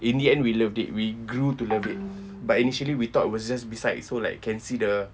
in the end we loved it we grew to love it but initially we thought it was just beside so like can see the